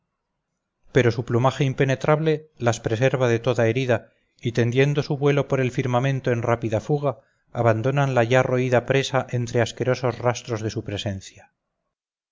pero su plumaje impenetrable las preserva de toda herida y tendiendo su vuelo por el firmamento en rápida fuga abandonan la ya roída presa entre asquerosos rastros de su presencia